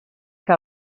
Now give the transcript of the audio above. que